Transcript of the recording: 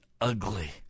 ugly